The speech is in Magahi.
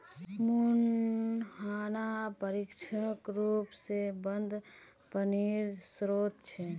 मुहाना पार्श्विक र्रोप से बंद पानीर श्रोत छे